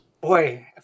Boy